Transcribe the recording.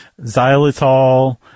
xylitol